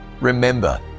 remember